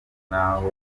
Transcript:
n’aho